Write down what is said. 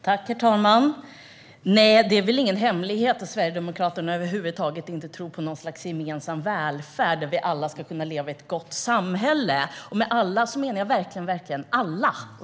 Herr talman! Nej, det är väl ingen hemlighet att Sverigedemokraterna över huvud taget inte tror på något slags gemensam välfärd där alla ska kunna leva i ett gott samhälle. Med "alla" menar jag verkligen alla.